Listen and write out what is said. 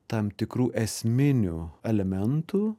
tam tikrų esminių elementų